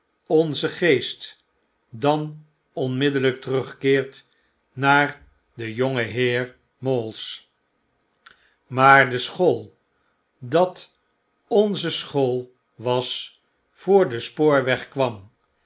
onze geest dan onmiddellyk terugkeert naar den jongenheer mawls maar de school dat onze school was voor de spoorweg kwam